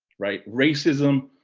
right? racism,